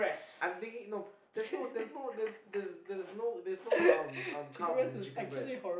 I'm thinking no there's no there's no there's there's there's no there's no um um carbs in chicken breast